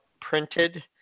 printed